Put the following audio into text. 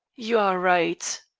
you are right.